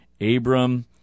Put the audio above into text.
Abram